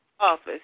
office